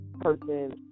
person